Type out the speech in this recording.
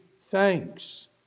thanks